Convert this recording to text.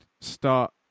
start